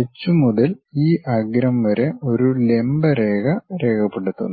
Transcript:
H മുതൽ ഈ അഗ്രം വരെ ഒരു ലംബ രേഖ രേഖപ്പെടുത്തുന്നു